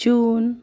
June